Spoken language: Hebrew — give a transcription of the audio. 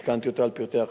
עדכנתי אותה על פרטי החקירה.